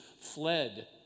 fled